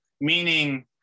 Meaning